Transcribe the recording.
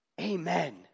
Amen